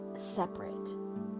separate